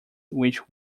which